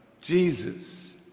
Jesus